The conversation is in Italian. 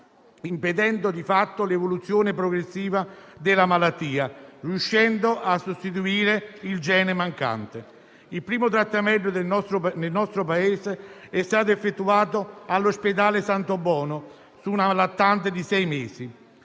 impedendo, di fatto, l'evoluzione progressiva della malattia, riuscendo a sostituire il gene mancante. Il primo trattamento nel nostro Paese è stato effettuato all'ospedale Santobono su una lattante di sei mesi.